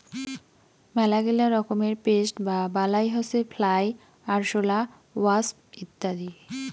মেলাগিলা রকমের পেস্ট বা বালাই হসে ফ্লাই, আরশোলা, ওয়াস্প ইত্যাদি